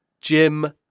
Jim